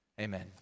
Amen